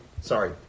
Sorry